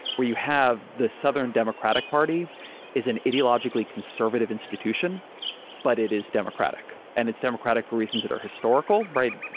where you have the southern democratic party is an ideological conservative institution but it is democratic. and it's democratic for reasons that are historical, right?